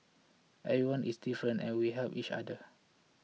everyone is different and we help each other